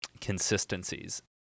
consistencies